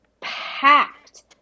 packed